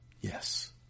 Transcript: Yes